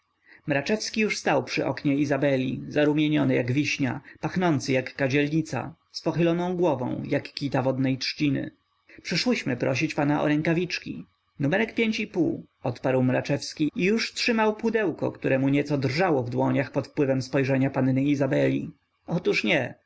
mraczewski już stał przy pannie izabeli zarumieniony jak wiśnia pachnący jak kadzielnica z pochyloną głową jak kita wodnej trzciny przyszłyśmy prosić pana o rękawiczki numerek pięć i pół odparł mraczewski i już trzymał pudełko które mu nieco drżało w rękach pod wpływem spojrzenia panny izabeli otóż nie